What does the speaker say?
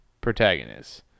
protagonists